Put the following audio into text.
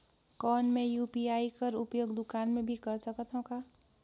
कौन मै यू.पी.आई कर उपयोग दुकान मे भी कर सकथव का?